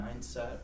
mindset